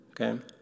okay